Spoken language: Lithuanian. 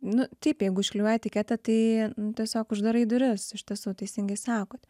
nu taip jeigu užklijuoji etiketę tai tiesiog uždarai duris iš tiesų teisingai sakot